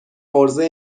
عرضه